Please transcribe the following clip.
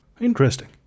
interesting